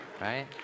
Right